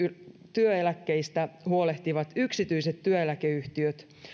työeläkkeistä huolehtivat yksityiset työeläkeyhtiöt